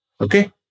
Okay